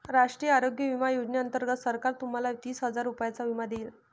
राष्ट्रीय आरोग्य विमा योजनेअंतर्गत सरकार तुम्हाला तीस हजार रुपयांचा विमा देईल